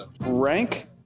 Rank